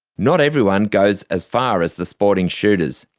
not everyone goes as far as the sporting shooters,